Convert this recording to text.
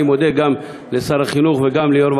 אני מודה גם לשר החינוך וגם ליושב-ראש